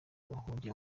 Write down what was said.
bahungiye